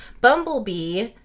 Bumblebee